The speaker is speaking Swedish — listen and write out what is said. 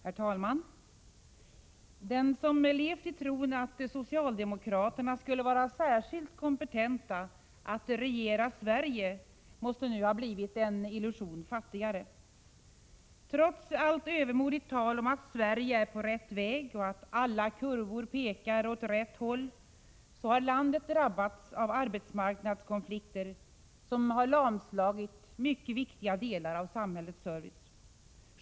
Herr talman! Den som levt i tron att socialdemokraterna skulle vara särskilt kompetenta att regera Sverige måste nu ha blivit en illusion fattigare. Trots allt övermodigt tal om att ”Sverige är på rätt väg” och att alla kurvor pekar åt rätt håll har landet drabbats av arbetsmarknadskonflikter som lamslagit viktiga delar av samhällets service.